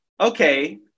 okay